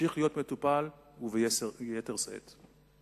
וימשיך להיות מטופל, וביתר שאת.